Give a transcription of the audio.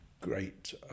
great